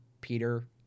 Peter